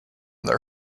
their